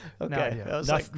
okay